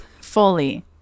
Fully